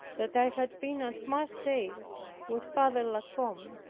that i had been at marseilles with father la combe.